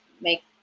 make